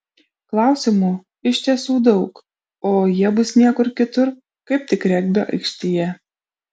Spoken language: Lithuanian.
klausimų iš tiesų daug o jie bus niekur kitur kaip tik regbio aikštėje